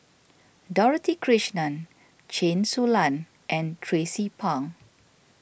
Dorothy Krishnan Chen Su Lan and Tracie Pang